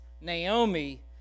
Naomi